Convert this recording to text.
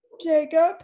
Jacob